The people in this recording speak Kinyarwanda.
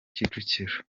kicukiro